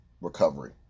recovery